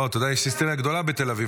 לא, אתה יודע, יש היסטריה גדולה בתל אביב.